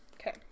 Okay